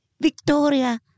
Victoria